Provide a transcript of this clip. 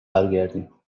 برگردیم